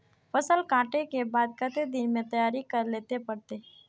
फसल कांटे के बाद कते दिन में तैयारी कर लेले पड़ते?